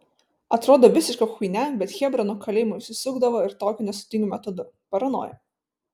atrodo visiška chuinia bet chebra nuo kalėjimo išsisukdavo ir tokiu nesudėtingu metodu paranoja